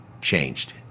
Changed